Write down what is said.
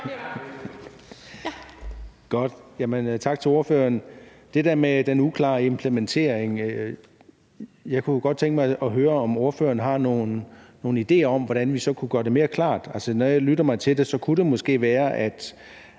til det der med den uklare implementering, så kunne jeg godt tænke mig at høre, om ordføreren har nogle idéer om, hvordan vi så kunne gøre det mere klart. Som jeg lytter mig til det, kunne det måske være, at